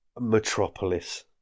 Metropolis